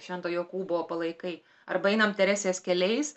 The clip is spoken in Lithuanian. švento jokūbo palaikai arba einam teresės keliais